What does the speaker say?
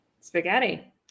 Spaghetti